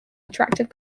attractive